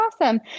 awesome